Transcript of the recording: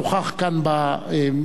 הנוכח כאן במליאה,